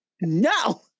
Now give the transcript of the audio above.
No